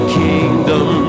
kingdom